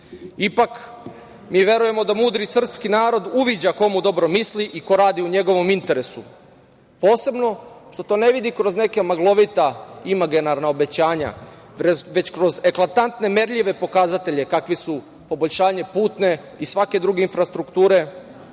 mi verujemo da mudri srpski narod uviđa ko mu dobro misli i ko radi u njegovom interesu, posebno što to ne vidi kroz neka maglovita i imaginarna obećanja, već kroz eklatantne merljive pokazatelje, kakvi su poboljšanje putne i svake druge infrastrukture,